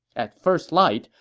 at first light,